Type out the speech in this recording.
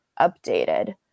updated